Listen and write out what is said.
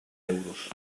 euros